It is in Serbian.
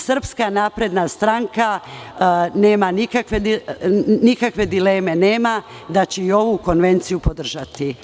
Srpska napredna stranka nema nikakve dileme da će i ovu Konvenciju podržati.